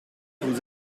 vous